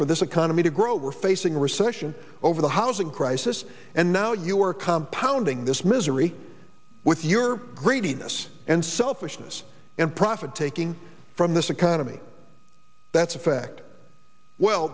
for this economy to grow we're facing a recession over the housing crisis and now you are come pounding this misery with your greediness and selfishness and profit taking from this economy that's a fact well